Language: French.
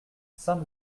saint